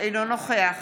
אינו נוכח